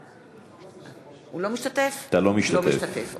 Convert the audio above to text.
אינו משתתף בהצבעה אתה לא משתתף.